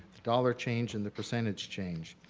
dollar change and the percentage change.